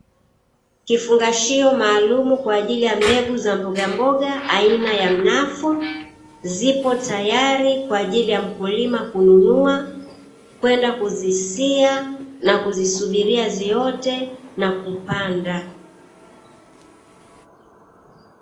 Kifungashio maalumu kwa ajili ya mbegu za mbogamboga aina ya mnafu, zipo tayari kwa ajili ya mkulima kununua, kwenda kuzisia na kuzisubiria ziote na kupanda.